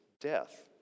death